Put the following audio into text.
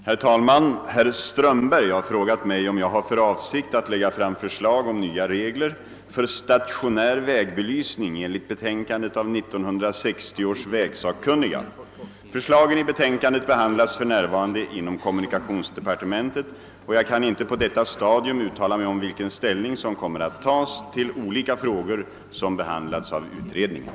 Herr talman! Herr Strömberg har frågat mig, om jag har för avsikt att lägga fram förslag om nya regler för stationär vägbelysning enligt betänkandet av 1960 års vägsakkunniga. Förslagen i betänkandet behandlas för närvarande inom kommunikationsdepartementet och jag kan inte på detta stadium uttala mig om vilken ställning som kommer att tas till olika frågor som behandlats av utredningen.